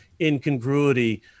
incongruity